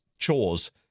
Chores